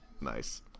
Nice